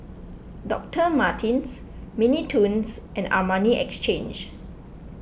Doctor Martens Mini Toons and Armani Exchange